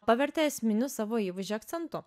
pavertė esminiu savo įvaizdžio akcentu